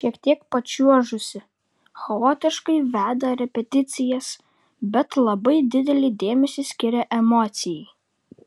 šiek tiek pačiuožusi chaotiškai veda repeticijas bet labai didelį dėmesį skiria emocijai